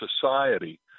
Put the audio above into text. society